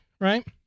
right